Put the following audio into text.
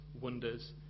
wonders